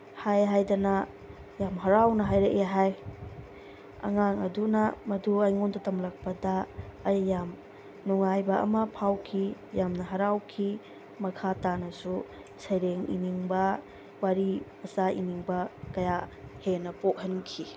ꯍꯥꯏ ꯍꯥꯏꯗꯅ ꯌꯥꯝ ꯍꯔꯥꯎꯅ ꯍꯥꯏꯔꯛꯑꯦ ꯍꯥꯏ ꯑꯉꯥꯡ ꯑꯗꯨꯅ ꯃꯗꯨ ꯑꯩꯉꯣꯟꯗ ꯇꯝꯂꯛꯄꯗ ꯑꯩ ꯌꯥꯝ ꯅꯨꯡꯉꯥꯏꯕ ꯑꯃ ꯐꯥꯎꯈꯤ ꯌꯥꯝꯅ ꯍꯔꯥꯎꯈꯤ ꯃꯈꯥ ꯇꯥꯅꯁꯨ ꯁꯩꯔꯦꯡ ꯏꯅꯤꯡꯕ ꯋꯥꯔꯤ ꯃꯆꯥ ꯏꯅꯤꯡꯕ ꯀꯌꯥ ꯍꯦꯟꯅ ꯄꯣꯛꯍꯟꯈꯤ